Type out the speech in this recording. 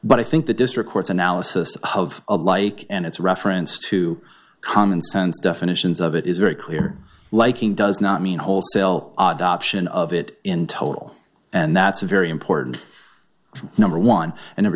but i think the district court's analysis of alike and its reference to common sense definitions of it is very clear liking does not mean wholesale odd option of it in total and that's a very important number one and number